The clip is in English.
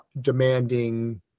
demanding